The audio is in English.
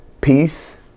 peace